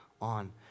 on